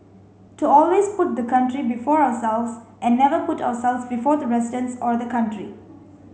to always put the country before ourselves and never put ourselves before the residents or the country